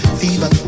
fever